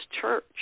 church